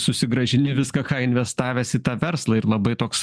susigrąžini viską ką investavęs į tą verslą ir labai toks